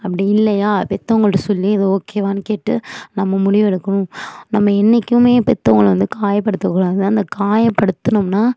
அப்படி இல்லையா பெத்தவங்கள்கிட்ட சொல்லி இது ஓகேவான்னு கேட்டு நம்ம முடிவு எடுக்கணும் நம்ம என்னைக்குமே பெத்தவங்களை வந்து காயப்படுத்தக் கூடாது அந்த காயப்படுத்துனோம்னா